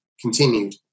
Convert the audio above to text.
continued